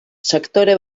sektore